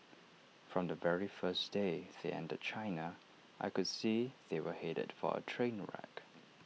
from the very first day they entered China I could see they were headed for A train wreck